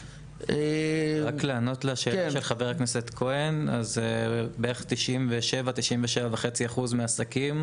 רק לענות לשאלה של חבר הכנסת כהן בערך 97%-97.5% מהעסקים,